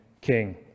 King